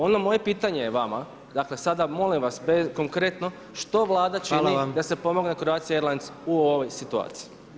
Ono moje pitanje je vama, dakle sada molim vas konkretno, što Vlada čini da se pomogne Croatia Airlines u ovom situaciji?